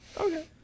Okay